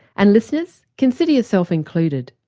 and listeners, consider yourself included.